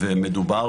מדובר